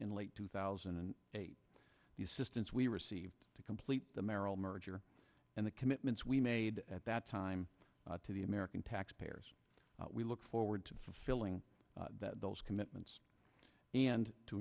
in late two thousand and eight the assistance we received to complete the merrill merger and the commitments we made at that time to the american taxpayers we look forward to fulfilling those commitments and t